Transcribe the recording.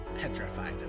petrified